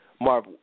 Marv